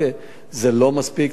זה לא מספיק,